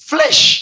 Flesh